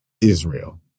Israel